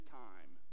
time